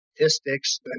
statistics